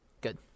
Good